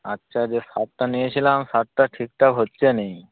আচ্ছা যে শার্টটা নিয়েছিলাম শার্টটা ঠিকঠাক হচ্ছে না